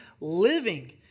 living